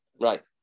right